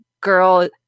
girl